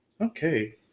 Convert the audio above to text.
Okay